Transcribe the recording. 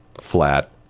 flat